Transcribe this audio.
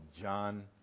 John